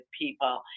people